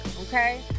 Okay